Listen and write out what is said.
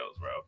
bro